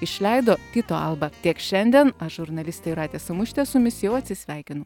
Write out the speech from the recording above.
išleido tyto alba tiek šiandien aš žurnalistė jūratė samušytė su jumis jau atsisveikinu